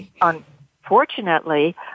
Unfortunately